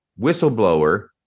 whistleblower